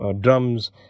drums